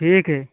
ठीक है